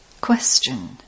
Question